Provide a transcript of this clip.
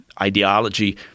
ideology